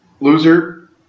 loser